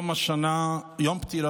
היו"ר